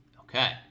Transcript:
Okay